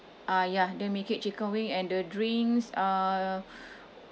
uh ya then make it chicken wing and the drinks uh